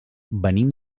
venim